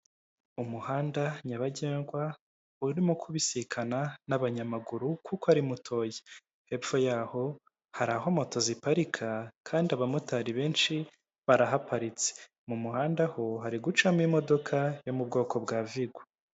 Umuhanda nyabagendwa urimo kubisikana n'abanyamaguru kuko ari mutoya, hepfo yaho hari aho moto ziparika kandi abamotari benshi barahaparitse, mu muhanda ho hari gucamo imodoka yo mu bwoko bwa vigo.